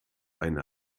eine